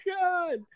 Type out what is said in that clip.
god